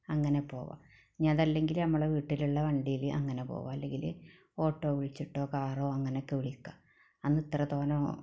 അങ്ങനെ പോകാം ഇനി അതല്ലെങ്കില് നമ്മളുടെ വീട്ടിലുള്ള വണ്ടിയിൽ അങ്ങനെ പോകാം അല്ലെങ്കില് ഓട്ടോ വിളിച്ചിട്ടോ കാറോ അങ്ങനൊക്കെ വിളിക്കാം അന്ന് ഇത്രയ്ക്ക് ഒന്നും